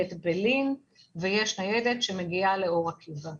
שפועלת בלין ויש ניידת שמגיעה לאור עקיבא.